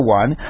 one